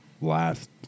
last